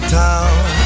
town